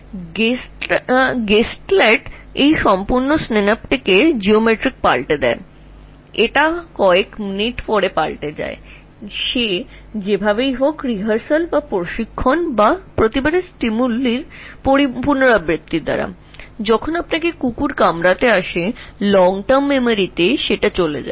এই পরিবর্তনগুলি পুরো সিনাপটিক জ্যামিতিটি কয়েক মিনিটের পরে পরিবর্তিত হয় যা রিহার্সাল প্রশিক্ষণ দ্বারা উদ্দীপনার পুনরাবৃত্তি দ্বারা একটি কুকুর এল এবং তোমাকে কামড়াল এটি দীর্ঘমেয়াদী স্মৃতিতে চলে যাবে